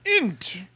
int